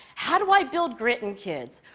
how do i build grit in kids?